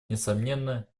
несомненно